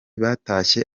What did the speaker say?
batashye